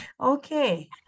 Okay